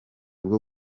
bwo